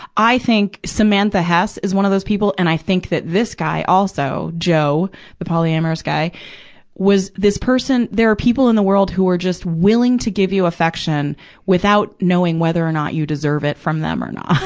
i think samantha hess is one of those people, and i think that this guy, also, joe the polyamorous guy was this person there are people in the world who are just willing to give you affection without knowing whether or not your deserve it from them or not,